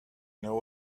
know